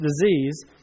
disease